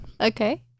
okay